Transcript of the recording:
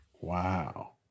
Wow